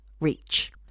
reach